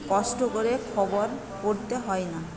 কষ্ট করে খবর পড়তে হয় না